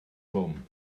blwm